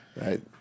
right